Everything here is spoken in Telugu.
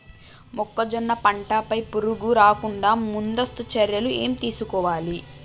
మొక్కజొన్న పంట పై పురుగు రాకుండా ముందస్తు చర్యలు ఏం తీసుకోవాలి?